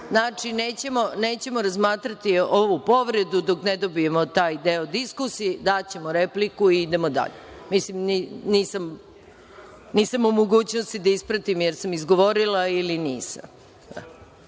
Znači, nećemo razmatrati ovu povredu dok ne dobijemo taj deo diskusije. Daćemo repliku i idemo dalje. Nisam u mogućnosti da ispratim da li sam izgovorila ili